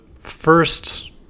first